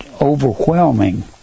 overwhelming